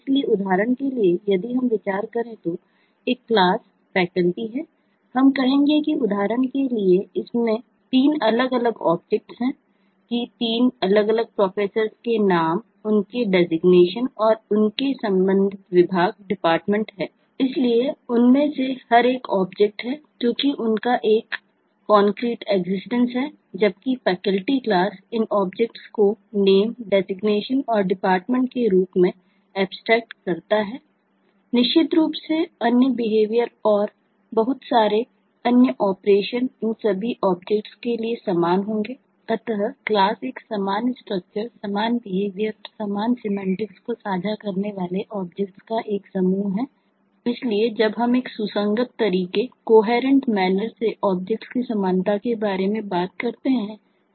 इसलिए इनमें से हर एक ऑब्जेक्ट का उल्लेख करते हैं